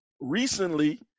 recently